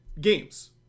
games